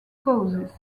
causes